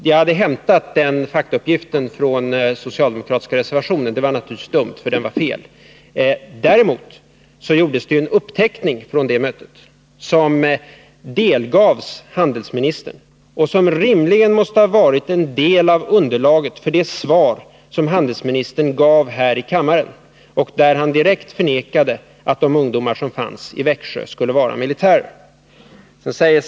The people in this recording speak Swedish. Jag hade hämtat den faktauppgiften från den socialdemokratiska reservationen — det var naturligtvis dumt eftersom den var fel. Däremot gjordes det en uppteckning från detta möte som delgavs handelsministern och som rimligen borde ha varit en del av underlaget för det svar som handelsministern lämnade här i kammaren och där han direkt förnekade att de ungdomar som utbildades i Växjö skulle vara militärer.